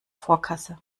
vorkasse